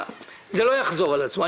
הדבר הזה לא יחזור על עצמו.